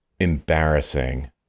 embarrassing